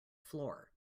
floor